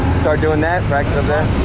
start doing that back to that